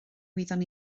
wyddwn